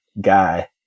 guy